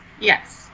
Yes